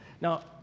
Now